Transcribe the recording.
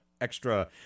Extra